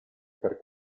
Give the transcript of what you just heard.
per